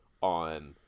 on